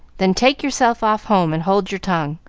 then take yourself off home and hold your tongue.